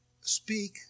speak